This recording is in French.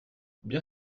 bien